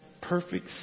perfect